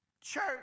church